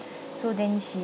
so then she